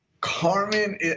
Carmen